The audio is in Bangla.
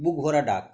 বুক ভরা ডাক